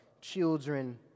children